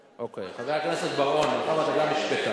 חבר הכנסת בר-און, מאחר שאתה גם משפטן,